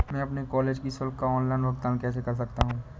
मैं अपने कॉलेज की शुल्क का ऑनलाइन भुगतान कैसे कर सकता हूँ?